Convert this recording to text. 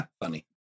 Funny